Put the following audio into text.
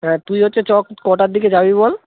হ্যাঁ তুই হচ্ছে চক কটার দিকে যাবি বল